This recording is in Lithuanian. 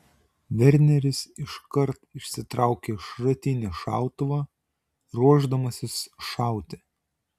verneris iškart išsitraukia šratinį šautuvą ruošdamasis šauti